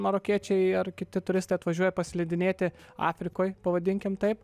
marokiečiai ar kiti turistai atvažiuoja paslidinėti afrikoj pavadinkim taip